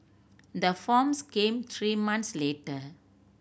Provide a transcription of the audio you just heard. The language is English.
the forms came three months later